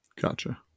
Gotcha